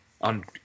on